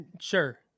sure